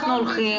מוסמכים.